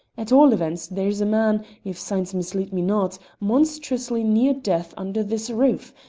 at all events there is a man, if signs mislead me not, monstrously near death under this roof,